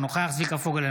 אינו נוכח צביקה פוגל,